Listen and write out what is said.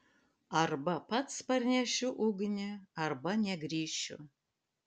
arba pats parnešiu ugnį arba negrįšiu